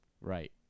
Right